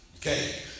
Okay